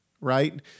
right